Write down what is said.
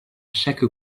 chaque